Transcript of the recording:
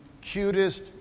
cutest